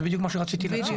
זה בדיוק מה שרציתי להציע.